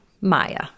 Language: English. Maya